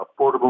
affordable